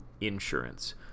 insurance